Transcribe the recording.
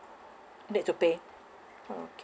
need to pay orh okay